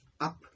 up